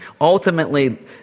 Ultimately